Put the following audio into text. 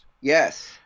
Yes